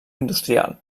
industrial